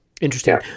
Interesting